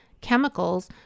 chemicals